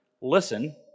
Listen